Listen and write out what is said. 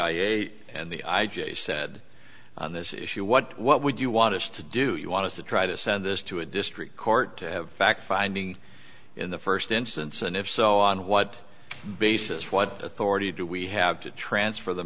i and the i j a said on this issue what what would you want us to do you want to try to send this to a district court fact finding in the first instance and if so on what basis what authority do we have to transfer the